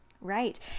Right